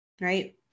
right